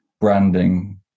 branding